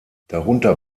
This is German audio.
darunter